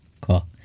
cool